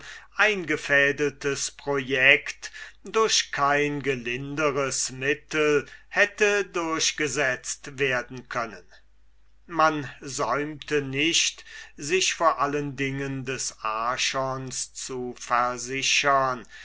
eingefädeltes project durch kein gelinderes mittel hätte durchgesetzt werden können man säumte sich nicht sich vor allen dingen des archons zu versichern